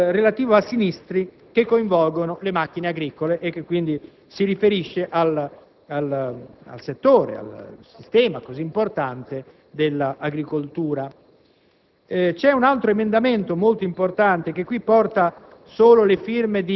del termine per il risarcimento diretto relativo a sinistri che coinvolgono le macchine agricole e che quindi si riferisce ad un settore così importante come quello dell'agricoltura.